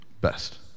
best